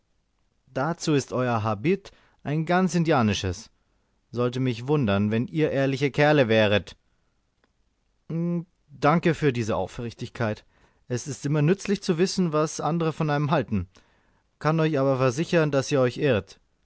dazu ist euer habit ein ganz indianisches sollte mich wundern wenn ihr ehrliche kerle wäret danke euch für diese aufrichtigkeit es ist immer nützlich zu wissen was andere von einem halten kann euch aber versichern daß ihr euch irrt